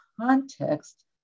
context